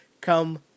come